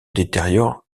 détériore